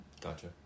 Gotcha